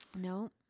no